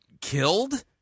killed